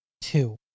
two